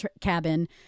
cabin